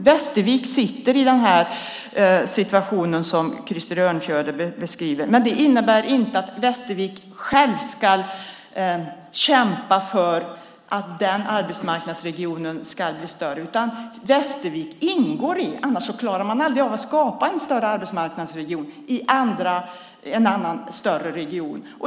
Västervik befinner sig i den situation som Krister Örnfjäder beskrev, men det innebär inte att Västervik själv ska kämpa för att arbetsmarknadsregionen ska bli större. Västervik ingår i en region; man klarar aldrig av att ensam skapa en större arbetsmarknadsregion.